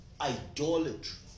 Idolatry